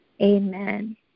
Amen